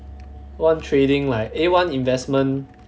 one trading like eh a one investment